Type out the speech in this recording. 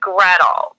Gretel